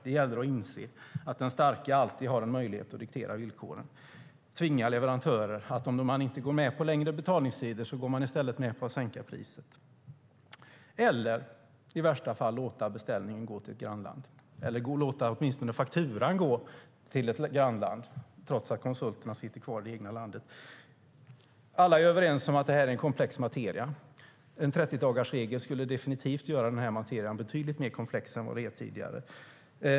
Det gäller att inse att den starke alltid har en möjlighet att diktera villkoren och tvinga leverantörer som inte går med på längre betalningstider att i stället gå med på att sänka priset eller att i värsta fall låta beställningen gå till ett grannland eller att åtminstone låta fakturan gå till ett grannland, trots att konsulterna sitter kvar i det egna landet. Alla är överens om att detta är en komplex materia. En 30-dagarsregel skulle definitivt göra denna materia betydligt mer komplex än tidigare.